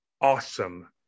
awesome